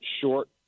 short